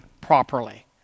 properly